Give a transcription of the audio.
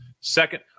second